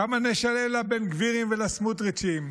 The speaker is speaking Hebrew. כמה נשלם לבן גבירים ולסמוטריצ'ים,